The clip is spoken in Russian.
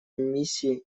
миссии